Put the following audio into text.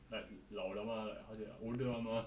like 老了嘛 how to say older 了嘛